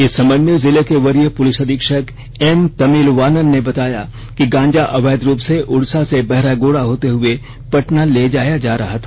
इस संबंध में जिले के वरीय पुलिस अधीक्षक एम तमिलवानन ने बताया कि गांजा अवैधरूप से उड़ीसा से बहरागोड़ा होते हुए पटना ले जाया जा रहा था